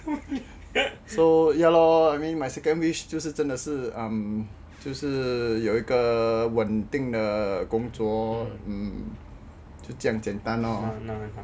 so ya lor I mean my second wish 就是真的是就是有一个稳定的工作就这样简单 lor